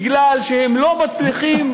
מפני שהם לא מצליחים,